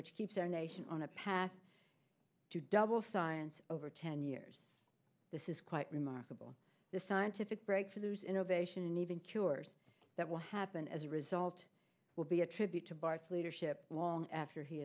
which keeps our nation on a path to double science over ten years this is quite remarkable the scientific breakthroughs innovation and even cures that will happen as a result will be a tribute to bart's leadership long after he